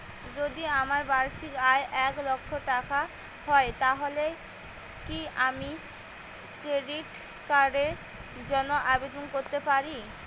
যদি আমার বার্ষিক আয় এক লক্ষ টাকা হয় তাহলে কি আমি ক্রেডিট কার্ডের জন্য আবেদন করতে পারি?